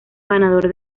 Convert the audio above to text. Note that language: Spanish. ganador